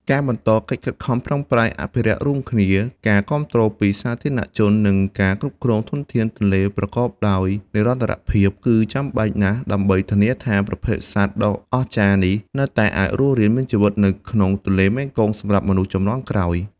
ការបន្តកិច្ចខិតខំប្រឹងប្រែងអភិរក្សរួមគ្នា ការគាំទ្រពីសាធារណជន និងការគ្រប់គ្រងធនធានទន្លេប្រកបដោយនិរន្តរភាពគឺចាំបាច់ណាស់ដើម្បីធានាថាប្រភេទសត្វដ៏អស្ចារ្យនេះនៅតែអាចរស់រានមានជីវិតនៅក្នុងទន្លេមេគង្គសម្រាប់មនុស្សជំនាន់ក្រោយ។